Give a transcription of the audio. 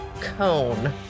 cone